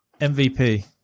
MVP